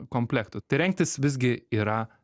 komplektų tai rengtis visgi yra